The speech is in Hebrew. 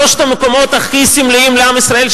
שלושת המקומות הכי סמליים לעם ישראל,